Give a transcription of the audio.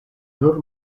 nur